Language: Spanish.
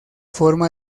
forma